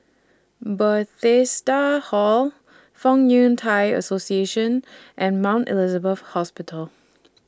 Bethesda Hall Fong Yun Thai Association and Mount Elizabeth Hospital